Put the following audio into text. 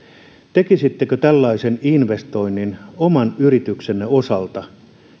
tekisittekö tällaisen investoinnin oman yrityksenne osalta